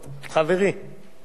השר כהן אתה מתכוון.